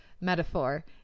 metaphor